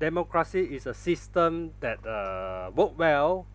democracy is a system that err work well